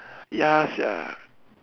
ya sia